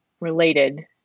related